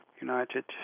United